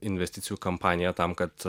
investicijų kampaniją tam kad